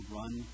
run